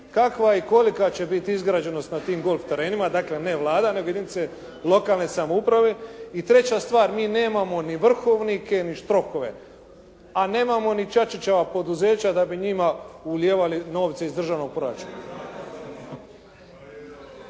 kakva i kolika će biti izgrađenost na tim golf terenima, dakle ne Vlada, nego jedinice lokalne samouprave. I treća stvar, mi nemamo ni vrhovnike ni štrokove. A nemamo ni Čačićeva poduzeća da bi njima ulijevali novce iz državnog proračuna.